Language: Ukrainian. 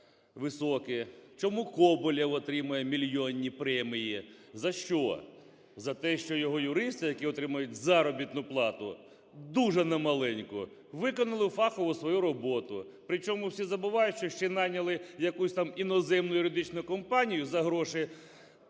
високі, чому Коболєв отримує мільйонні премії, за що. За те, що його юристи, які отримують заробітну плату дуже немаленьку, виконали фахово свою роботу? Причому всі забувають, що ще й найняли якусь там іноземну юридичну компанію за гроші…